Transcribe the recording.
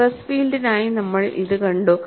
stress ഫീൽഡിനായി നമ്മൾ ഇത് കണ്ടു